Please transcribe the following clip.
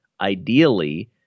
Ideally